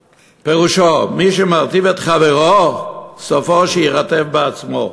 פירושו: מי שמרטיב את חברו, סופו שיירטב בעצמו.